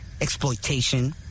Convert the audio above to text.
exploitation